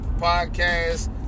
podcast